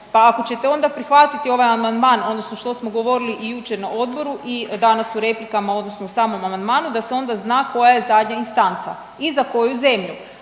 pa ako ćete onda prihvatiti ovaj amandman odnosno što smo govorili i jučer na odboru i danas u replikama odnosno u samom amandmanu da se onda zna koja je zadnja instanca i za koju zemlju,